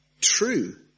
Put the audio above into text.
true